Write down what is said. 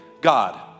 God